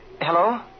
Hello